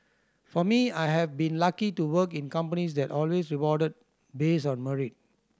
for me I have been lucky to work in companies that always rewarded based on merit